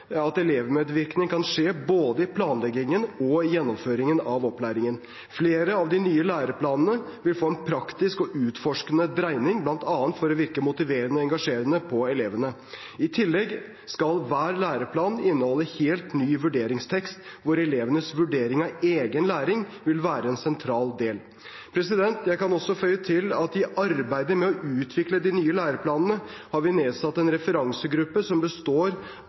at elevmedvirkning kan skje både i planleggingen og i gjennomføringen av opplæringen. Flere av de nye læreplanene vil få en praktisk og utforskende dreining, bl.a. for å virke motiverende og engasjerende på elevene. I tillegg skal hver læreplan inneholde en helt ny vurderingstekst, hvor elevenes vurdering av egen læring vil være en sentral del. Jeg kan også føye til at i arbeidet med å utvikle de nye læreplanene har vi nedsatt en referansegruppe som består